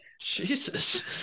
Jesus